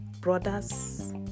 Brothers